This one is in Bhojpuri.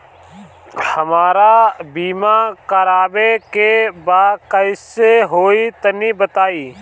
हमरा बीमा करावे के बा कइसे होई तनि बताईं?